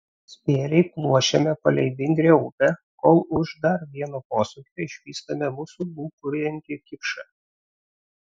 spėriai pluošiame palei vingrią upę kol už dar vieno posūkio išvystame mūsų lūkuriuojantį kipšą